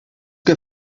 que